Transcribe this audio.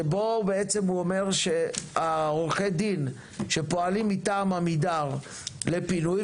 שבו בעצם הוא אומר שעורכי הדין שפועלים מטעם עמידר לפינוי,